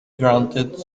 granted